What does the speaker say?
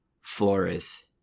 Flores